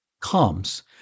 comes